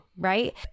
right